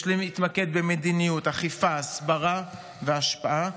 יש להתמקד במדיניות אכיפה, הסברה והשפעה.